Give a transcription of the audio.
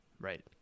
Right